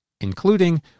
including